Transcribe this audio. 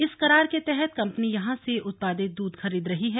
इस करार के तहत कंपनी यहां से उत्पादित दूध खरीद रही है